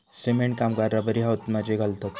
cement कामगार रबरी हातमोजे घालतत